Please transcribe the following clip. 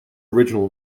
original